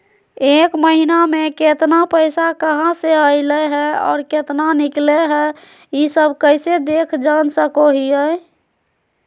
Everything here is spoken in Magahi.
एक महीना में केतना पैसा कहा से अयले है और केतना निकले हैं, ई सब कैसे देख जान सको हियय?